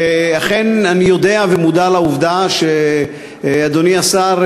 ואכן אני יודע ומודע לעובדה שאדוני השר,